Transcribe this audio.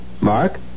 Mark